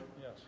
Yes